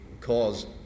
cause